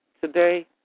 today